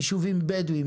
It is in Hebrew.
יישובים בדואיים,